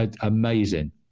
amazing